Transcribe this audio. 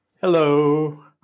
Hello